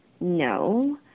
No